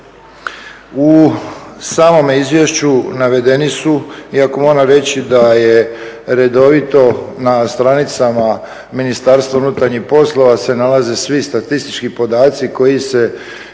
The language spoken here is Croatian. U samome izvješću navedeni su, iako moram reći da je redovito na stranicama Ministarstva unutarnjih poslova se nalaze svi statistički podaci koji se na